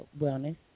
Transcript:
wellness